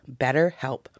BetterHelp